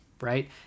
right